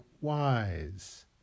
wise